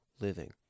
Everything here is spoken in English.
living